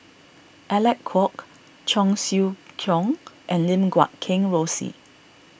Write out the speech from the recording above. Alec Kuok Cheong Siew Keong and Lim Guat Kheng Rosie